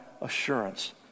assurance